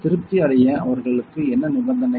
திருப்தி அடைய அவர்களுக்கு என்ன நிபந்தனை